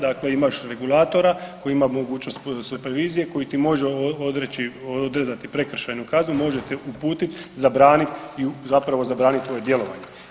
Dakle, imaš regulatora koji ima mogućnost supervizije koji ti može odrezati prekršajnu kaznu, može te uputiti, zabraniti i zapravo zabranit tvoje djelovanje.